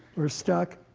or stuck?